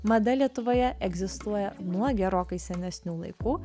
mada lietuvoje egzistuoja nuo gerokai senesnių laikų